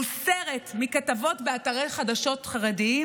מוסרת מכתבות באתרי חדשות חרדיים?